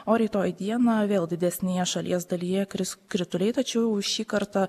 o rytoj dieną vėl didesnėje šalies dalyje kris krituliai tačiau šį kartą